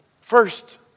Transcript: first